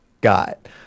got